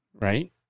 right